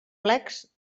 plecs